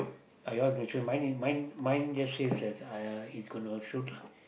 are your going to shoot mine mine mine just says that !aiya! he is going to shoot